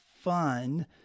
fun